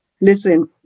Listen